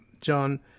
John